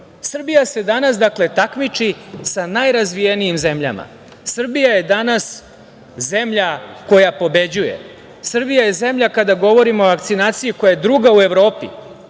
se danas dakle takmiči sa najrazvijenijim zemljama. Srbija je danas zemlja koja pobeđuje. Srbija je zemlja kada govorimo o vakcinaciji koja je druga u Evropi.